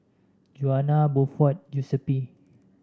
Juana Buford Giuseppe